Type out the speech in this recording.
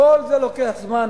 כל זה לוקח זמן,